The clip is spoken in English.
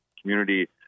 community